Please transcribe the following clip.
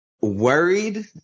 worried